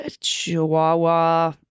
Chihuahua